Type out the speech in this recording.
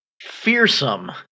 Fearsome